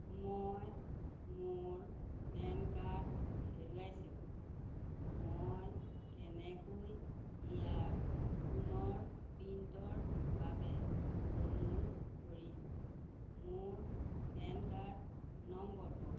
মই মোৰ PAN card হেৰুৱাইছিলোঁ মই কেনেকৈ ইয়াৰ পুনৰ প্ৰিণ্টৰ বাবে অনুৰোধ কৰিম মোৰ পেন কাৰ্ড নম্বৰটো